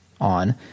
on